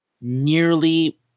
nearly